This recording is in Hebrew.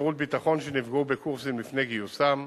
לשירות ביטחון שנפגעו בקורסים לפני גיוסם,